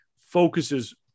focuses